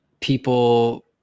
people